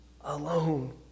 alone